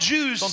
Jews